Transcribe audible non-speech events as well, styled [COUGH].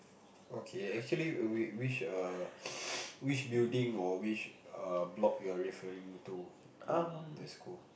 okay actually we which err [NOISE] which building or which err block you're referring to in the school